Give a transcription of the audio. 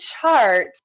chart